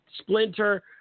Splinter